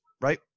right